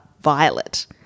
violet